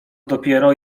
dopiero